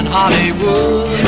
Hollywood